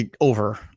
over